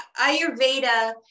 ayurveda